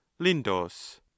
lindos